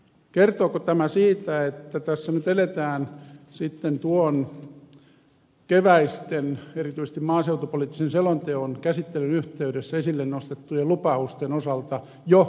kertooko tämä siitä että tässä nyt eletään sitten keväisten erityisesti maaseutupoliittisen selonteon käsittelyn yhteydessä esille nostettujen lupausten osalta jo unohduksen aikaa